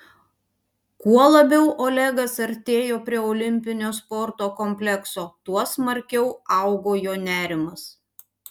kuo labiau olegas artėjo prie olimpinio sporto komplekso tuo smarkiau augo jo nerimas